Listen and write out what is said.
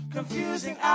Confusing